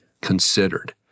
considered